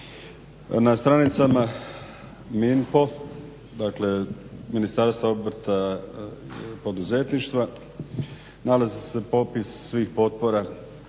Na stranicama MINPO dakle Ministarstva obrta i poduzetništva nalazi se popis svih potpora,